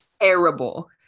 Terrible